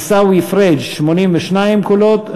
עיסאווי פריג' 82 קולות,